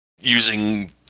using